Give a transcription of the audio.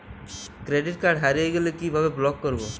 Credit card হারিয়ে গেলে কি ভাবে ব্লক করবো?